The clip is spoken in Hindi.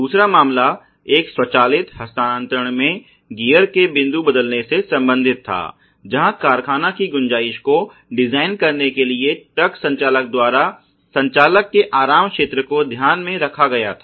दूसरा मामला एक स्वचालित हस्तांतरण में गियर के बिंदु बदलने से संबंधित था जहां कारख़ाना की गुंजाइश को डिजाइन करने के लिए ट्रक संचालक द्वारा संचालक के आराम क्षेत्र को ध्यान में रखा गया था